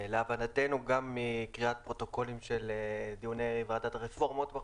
להבנתנו גם מקריאת פרוטוקולים של דיוני ועדת הרפורמות בחוק,